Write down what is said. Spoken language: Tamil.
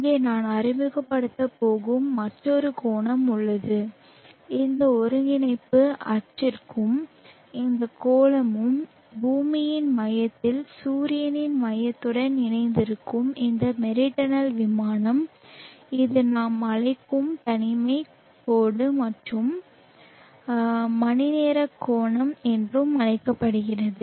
இங்கே நான் அறிமுகப்படுத்தப் போகும் மற்றொரு கோணம் உள்ளது இந்த ஒருங்கிணைப்பு அச்சிற்கும் இந்த கோளமும் பூமியின் மையத்தில் சூரியனின் மையத்துடன் இணைந்திருக்கும் இந்த மெரிடனல் விமானம் இது நாம் அழைக்கும் தனிமை கோடு மற்றும் the மணிநேர கோணம் என்று அழைக்கப்படுகிறது